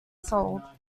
sold